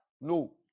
no